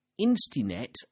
Instinet